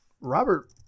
robert